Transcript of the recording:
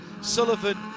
Sullivan